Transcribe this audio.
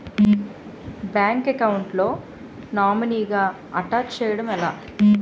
Bank account లో నామినీగా attach చేయడం ఎలా?